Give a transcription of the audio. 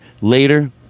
Later